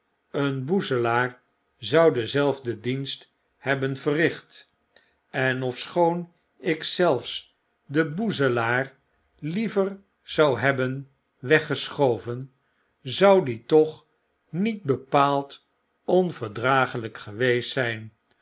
een boezelaar zou denzelfden dienst hebben verricht en ofschoon ik zelfs den boezelaar tm ry overdrukken liever zou hebben weggeschoven zou die tocb niet bepaald ohverdragelijk geweest zp